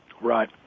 right